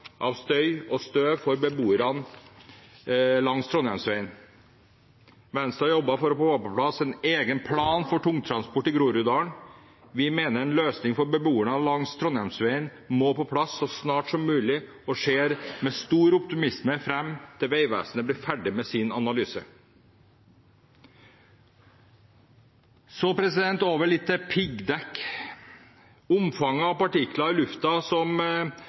av støy og støv for beboerne langs Trondheimsveien. Venstre har jobbet for å få på plass en egen plan for tungtransport i Groruddalen. Vi mener en løsning for beboerne langs Trondheimsveien må på plass så snart som mulig, og ser med stor optimisme fram til at Vegvesenet blir ferdig med sin analyse. Så litt over til piggdekk: Omfanget av partikler i luften som